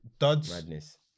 Madness